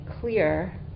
clear